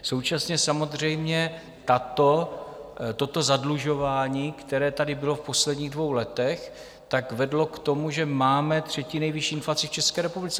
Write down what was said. Současně samozřejmě toto zadlužování, které tady bylo v posledních dvou letech, vedlo k tomu, že máme třetí nejvyšší inflaci v České republice.